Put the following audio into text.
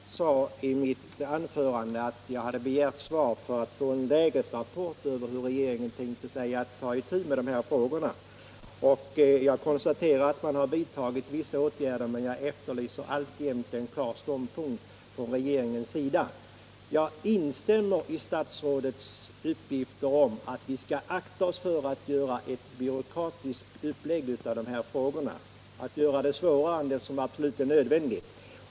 Herr talman! Jag sade i mitt anförande att jag hade ställt min interpellation för att få en lägesrapport med uppgifter om hur regeringen tänkte sig ta itu med dessa problem. Jag konstaterar att man vidtagit vissa åtgärder, men jag efterlyser alltjämt en klar ståndpunkt från regeringens sida. Jag instämmer i statsrådets mening att vi skall akta oss för att åstadkomma ett byråkratiskt system. Vi skall inte göra det svårare än vad som är absolut nödvändigt.